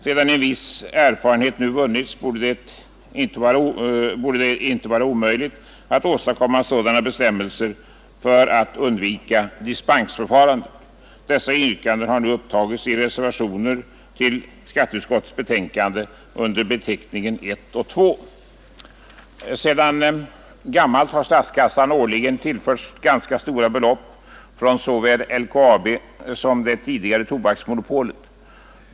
Sedan en viss erfarenhet nu vunnits borde det icke vara omöjligt att åstadkomma sådana bestämmelser för att undvika dispensförfarandet. Dessa yrkanden har nu upptagits i reservationer till skatteutskottets betänkande under beteckningen 1 och 2. Sedan gammalt har statskassan årligen tillförts ganska stora belopp från såväl LKAB som det tidigare tobaksmonopolet.